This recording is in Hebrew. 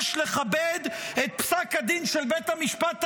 "יש לכבד את פסק הדין של בית המשפט העליון".